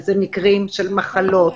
וזה מקרים של מחלות,